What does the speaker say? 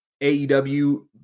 AEW